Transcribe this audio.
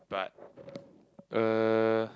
but uh